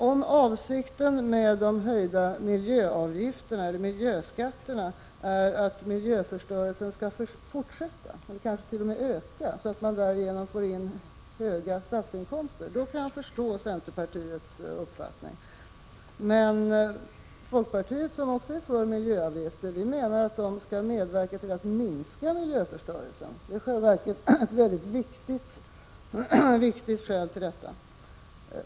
Om avsikten med de höjda miljöskatterna är att miljöförstörelsen skall fortsätta, eller kanske t.o.m. öka, så att man därigenom får in höga statliga inkomster, kan jag förstå centerpartiets uppfattning. Men folkpartiet är också för miljöavgifter. Vi menar att de skall medverka till att minska miljöförstörelsen. Det är i själva verket ett väldigt viktigt skäl till dessa.